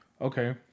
okay